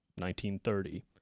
1930